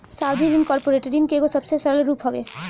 सावधि ऋण कॉर्पोरेट ऋण के एगो सबसे सरल रूप हवे